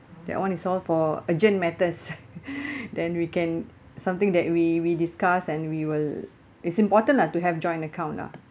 that [one] is all for urgent matters then we can something that we we discuss and we will is important lah to have joint account lah